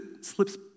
slips